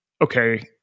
okay